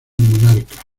monarca